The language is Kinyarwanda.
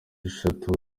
eshatu